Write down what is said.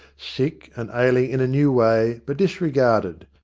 sick and ailing in a new way, but disregarded.